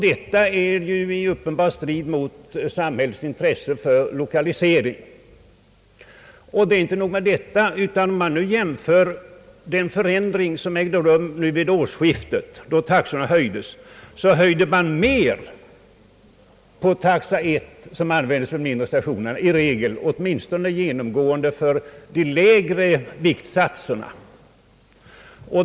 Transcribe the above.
Detta står i uppenbar strid mot samhällets intresse för lokalisering. Det är inte nog med detta, utan om vi jämför den förändring som ägde rum vid årsskiftet, då taxorna höjdes, finner vi att den taxa som används vid de mindre stationerna höjdes mer än de övriga taxorna, åtminstone genomgående för de lägre viktsatserna.